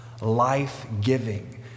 life-giving